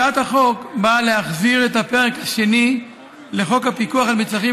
הצעת החוק באה להחזיר את הפרק השני לחוק הפיקוח על מצרכים